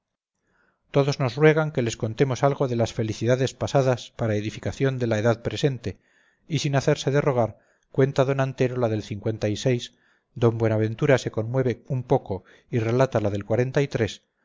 todos nos ruegan que les contemos algo de las felicidades pasadas para edificación de la edad presente y sin hacerse de rogar cuenta d antero la del d buenaventura se conmueve un poco y relata la del d